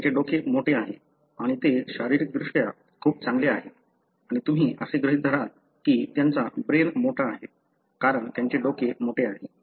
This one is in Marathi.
त्यांचे डोके मोठे आहे आणि ते शारीरिकदृष्ट्या खूप चांगले आहेत आणि तुम्ही असे गृहीत धराल की त्यांचा ब्रेन मोठा आहे कारण त्यांचे डोके मोठे आहे